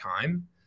time